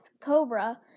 Cobra